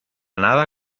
nada